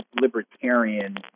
libertarian